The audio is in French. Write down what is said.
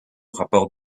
rapport